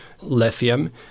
lithium